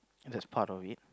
that's part of it